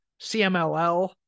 CMLL